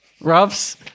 Rubs